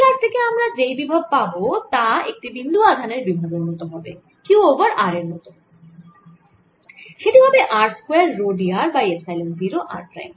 R থেকে আমরা যেই বিভব পাবো তা একটি বিন্দু আধানের বিভবের মত হবে Q বাই r এর মত সেটি হবে r square rho d r by epsilon 0 r prime